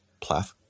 Plath